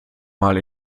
mal